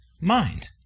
mind